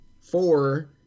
four